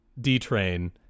D-Train